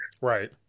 Right